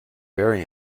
very